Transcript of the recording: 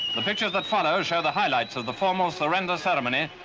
the pictures that follow show the highlights of the formal surrender ceremony,